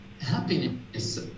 happiness